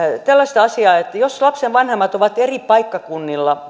tällaista asiaa että jos lapsen vanhemmat ovat eri paikkakunnilla